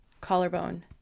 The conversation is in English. Collarbone